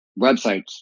websites